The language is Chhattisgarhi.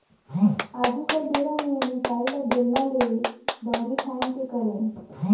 आघु कर बेरा में मिसाई ल बेलना ले, दंउरी फांएद के करे